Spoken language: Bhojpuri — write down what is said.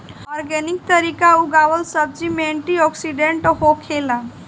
ऑर्गेनिक तरीका उगावल सब्जी में एंटी ओक्सिडेंट होखेला